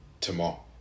tomorrow